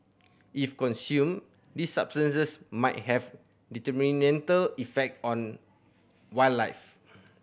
if consumed these substances might have detrimental effect on wildlife